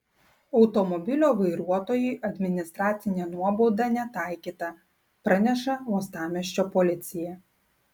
automobilio vairuotojui administracinė nuobauda netaikyta praneša uostamiesčio policija